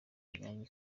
imyanya